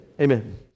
Amen